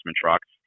trucks